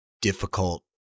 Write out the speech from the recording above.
difficult